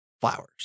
flowers